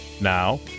Now